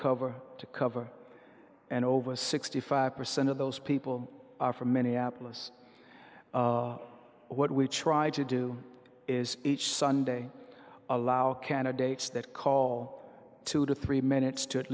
cover to cover and over sixty five percent of those people are from minneapolis what we try to do is each sunday allow candidates that call two to three minutes to at